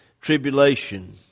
tribulation